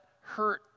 hurt